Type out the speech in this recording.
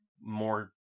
more